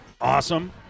awesome